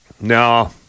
No